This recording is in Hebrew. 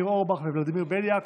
ניר אורבך וולדימיר בליאק.